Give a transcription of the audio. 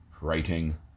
Writing